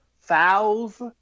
fouls